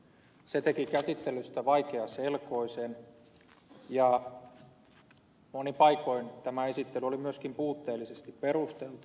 se teki käsittelystä vaikeaselkoisen ja monin paikoin tämä esittely oli myöskin puutteellisesti perusteltu